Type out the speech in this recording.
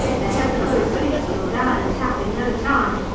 they had the hose fixed to a garden tap in no time,